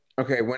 Okay